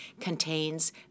contains